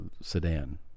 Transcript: sedan